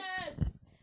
Yes